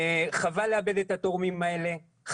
חבל לאבד את התורמים האלה.